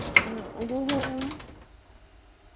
ᱜᱩᱦᱩᱢ